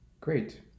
great